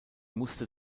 musste